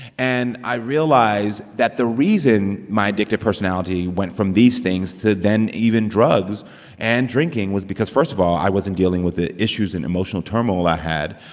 and i realized that the reason my addictive personality went from these things to then even drugs and drinking was because, first of all, i wasn't dealing with the issues and emotional turmoil i had.